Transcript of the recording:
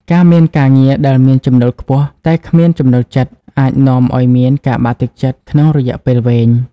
ការមានការងារដែលមានចំណូលខ្ពស់ តែគ្មានចំណូលចិត្ត អាចនាំឱ្យមានការបាក់ទឹកចិត្តក្នុងរយៈពេលវែង។